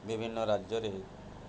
ବିଭିନ୍ନ ରାଜ୍ୟରେ